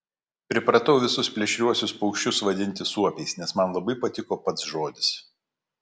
pripratau visus plėšriuosius paukščius vadinti suopiais nes man labai patiko pats žodis